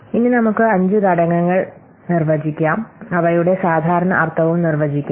ഇനി നമുക്ക് അഞ്ച് ഘടകങ്ങൾ നിർവചിക്കാം അവയുടെ സാധാരണ അർത്ഥവും നിർവചിക്കാം